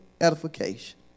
edification